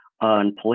on